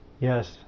yes